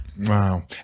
Wow